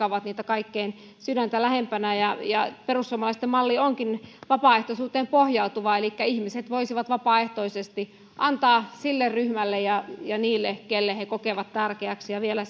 ovat niitä kaikkein sydäntä lähimpänä olevia ja perussuomalaisten malli onkin vapaaehtoisuuteen pohjautuva elikkä ihmiset voisivat vapaaehtoisesti antaa sille ryhmälle ja ja niille keille he kokevat tärkeäksi ja vielä